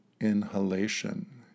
inhalation